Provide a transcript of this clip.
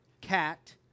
cat